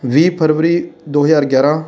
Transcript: ਵੀਹ ਫਰਵਰੀ ਦੋ ਹਜ਼ਾਰ ਗਿਆਰ੍ਹਾਂ